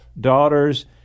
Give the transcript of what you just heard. daughters